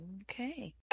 Okay